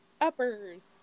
Uppers